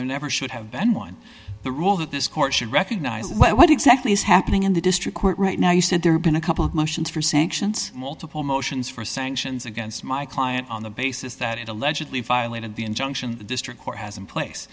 there never should have been one the rule that this court should recognize what exactly is happening in the district court right now you said there have been a couple of motions for sanctions multiple motions for sanctions against my client on the basis that it allegedly violated the injunction the district court has in place